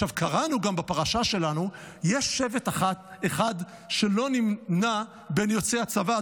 קראנו גם בפרשה שלנו שיש שבט אחד שלא נמנה עם יוצאי הצבא,